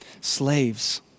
Slaves